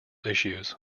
issues